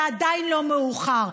זה עדיין לא מאוחר.